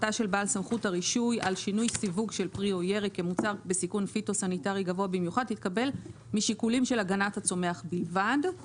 חוק הגנת הצומח תיקון חוק הגנת הצומח 86. (2)